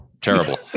terrible